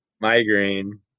migraine